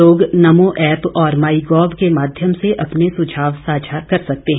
लोग नमो ऐप और my gov के माध्यम से अपने सुझाव साझा कर सकते हैं